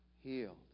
healed